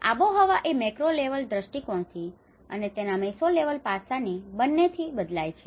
આબોહવા એ macro level દૃષ્ટિકોણથી અને તેના મેસો લેવલ પાસાથી બંનેથી બદલાય છે